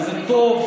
וזה טוב,